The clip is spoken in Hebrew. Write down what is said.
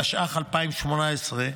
התשע"ח 2018,